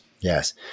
Yes